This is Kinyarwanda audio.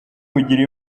kugira